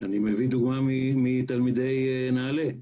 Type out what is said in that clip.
אני מביא דוגמה מתלמידי נעל"ה,